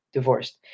Divorced